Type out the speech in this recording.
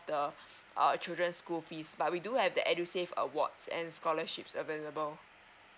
the err children school fees but we do have the edusave awards and scholarships available